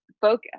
focus